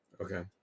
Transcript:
Okay